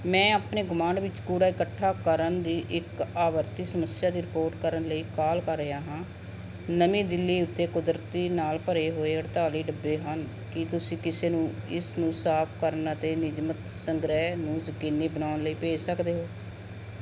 ਮੈਂ ਆਪਣੇ ਗੁਆਂਢ ਵਿੱਚ ਕੂੜਾ ਇਕੱਠਾ ਕਰਨ ਦੀ ਇੱਕ ਆਵਰਤੀ ਸਮੱਸਿਆ ਦੀ ਰਿਪੋਰਟ ਕਰਨ ਲਈ ਕਾਲ ਕਰ ਰਿਹਾ ਹਾਂ ਨਵੀਂ ਦਿੱਲੀ ਉੱਤੇ ਕੁਦਰਤੀ ਨਾਲ ਭਰੇ ਹੋਏ ਅਠਤਾਲੀ ਡੱਬੇ ਹਨ ਕੀ ਤੁਸੀਂ ਕਿਸੇ ਨੂੰ ਇਸ ਨੂੰ ਸਾਫ਼ ਕਰਨ ਅਤੇ ਨਿਯਮਤ ਸੰਗ੍ਰਹਿ ਨੂੰ ਯਕੀਨੀ ਬਣਾਉਣ ਲਈ ਭੇਜ ਸਕਦੇ ਹੋ